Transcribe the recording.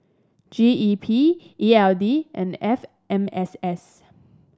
G E P E L D and F M S S